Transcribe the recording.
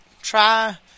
Try